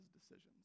decisions